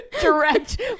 Direct